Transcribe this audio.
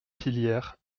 filière